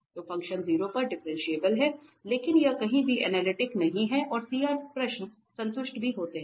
तो फ़ंक्शन 0 पर डिफरेंशिएबल है लेकिन यह कहीं भीअनलिटिक नहीं है और सीआर प्रश्न संतुष्ट भी होते थे